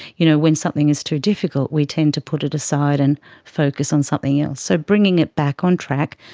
you know when something is too difficult we tend to put it aside and focus on something else. so bringing it back on track,